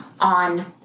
on